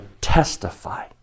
testify